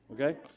okay